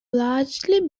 largely